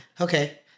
Okay